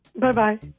Bye-bye